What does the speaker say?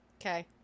Okay